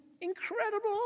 incredible